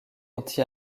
anti